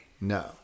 No